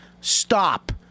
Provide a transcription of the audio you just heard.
stop